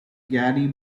gary